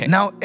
Now